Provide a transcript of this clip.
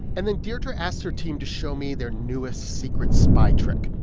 and then deirdre asks her team to show me their newest secret spy trick.